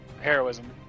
Heroism